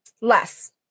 Less